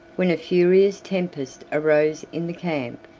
when a furious tempest arose in the camp.